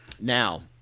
Now